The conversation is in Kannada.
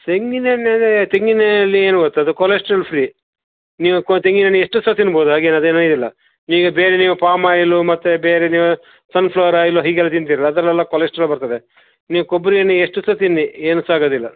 ತೆಂಗಿನ ಎಣ್ಣೆ ಅದೆ ತೆಂಗಿನ ಎಣ್ಣೆ ಅದು ಏನು ಗೊತ್ತ ಅದು ಕೊಲೆಸ್ಟ್ರಲ್ ಫ್ರೀ ನೀವು ಕೊ ತೆಂಗಿನ ಎಣ್ಣೆ ಎಷ್ಟು ಸಹ ತಿನ್ಬೋದು ಹಾಗೇನ್ ಅದೇನು ಇದಿಲ್ಲ ಈಗ ಬೇರೆ ನೀವು ಪಾಮ್ ಆಯ್ಲು ಮತ್ತೆ ಬೇರೆ ನೀವು ಸನ್ ಫ್ಲವರ್ ಆಯ್ಲು ಹೀಗೆಲ್ಲ ತಿಂತೀರಲ್ಲ ಅದರಲೆಲ್ಲ ಕೊಲೆಸ್ಟ್ರಾಲ್ ಬರ್ತದೆ ನೀವು ಕೊಬ್ಬರಿ ಎಣ್ಣೆ ಎಷ್ಟು ಸಹ ತಿನ್ನಿ ಏನು ಸಹ ಆಗೋದಿಲ್ಲ